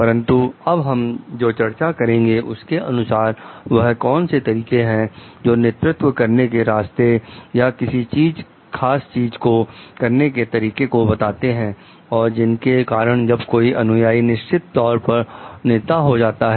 परंतु अब हम जो चर्चा करेंगे उसके अनुसार वह कौन से तरीके हैं जो नेतृत्व करने के रास्ते या किसी खास चीज को करने के तरीके को बताते हैं और जिसके कारण जब कोई अनुयाई निश्चित तौर पर नेता हो जाता है